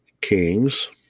kings